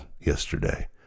Yesterday